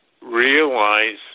realize